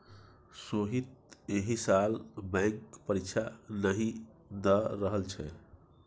सोहीत एहि साल बैंक परीक्षा नहि द रहल छै